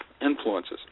influences